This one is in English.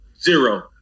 zero